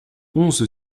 onze